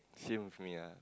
same with me ah